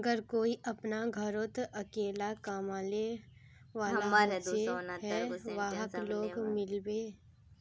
अगर कोई अपना घोरोत अकेला कमाने वाला होचे ते वहाक लोन मिलबे?